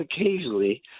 occasionally